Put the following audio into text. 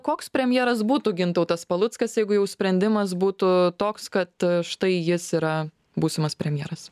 koks premjeras būtų gintautas paluckas jeigu jau sprendimas būtų toks kad štai jis yra būsimas premjeras